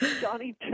Johnny